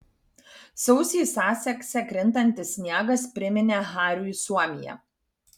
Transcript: sausį sasekse krintantis sniegas priminė hariui suomiją